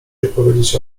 odpowiedzieć